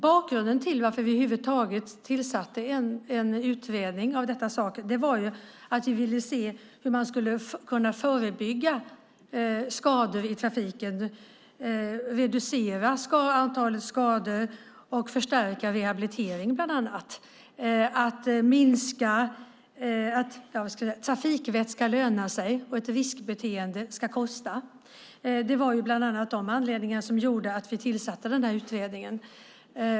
Bakgrunden till att vi över huvud taget tillsatte en utredning av detta slag var att vi ville se hur man skulle kunna förebygga skador i trafiken, reducera antalet skador och förstärka bland annat rehabilitering. Det handlar om att trafikvett ska löna sig och att ett riskbeteende ska kosta. Det var bland annat av dessa anledningar som vi tillsatte utredningen.